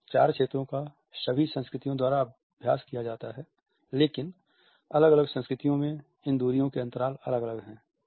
इन चार क्षेत्रों का सभी संस्कृतियों द्वारा अभ्यास किया जाता है लेकिन अलग अलग संस्कृतियों में इन दूरियों के अंतराल अलग अलग हैं